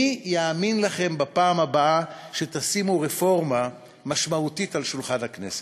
מי יאמין לכם בפעם הבאה כשתשימו רפורמה משמעותית על שולחן הכנסת?